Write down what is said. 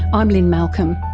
i'm lynne malcolm.